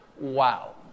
Wow